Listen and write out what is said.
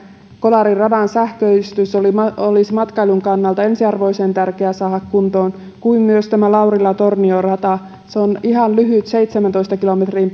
kolarin radan sähköistys olisi matkailun kannalta ensiarvoisen tärkeä saada kuntoon kuin myös tämä laurila tornio rata se on ihan lyhyt seitsemäntoista kilometrin